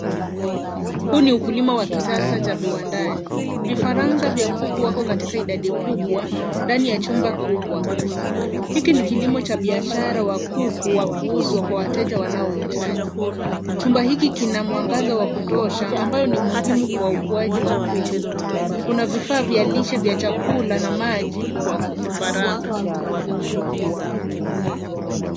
Huu ni ukulima wa kisasa cha viwandani. Vifaranga vya kuku wako katika idadi kubwa ndani ya chumba kubwa. Hiki ni kilimo cha biashara wa kuku wa kuuzwa kwa wateja wanaohitaji. Chumba hiki kina mwangaza wa kutosha ambayo ni muhimu kwa ukuaji wa kuku. Kuna vifaa vya lishe vya chakula na maji kwa vifaranga.